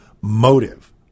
motive